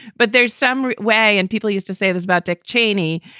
but there's some way and people used to say this about dick cheney,